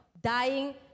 dying